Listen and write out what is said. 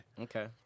Okay